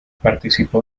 participó